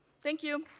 thank you.